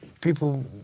people